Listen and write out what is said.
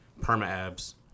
perma-abs